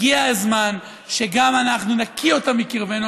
הגיע הזמן שגם אנחנו נקיא אותם מקרבנו.